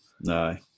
No